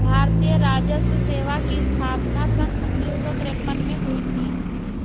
भारतीय राजस्व सेवा की स्थापना सन उन्नीस सौ तिरपन में हुई थी